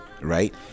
right